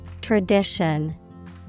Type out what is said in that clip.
Tradition